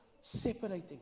separating